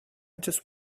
just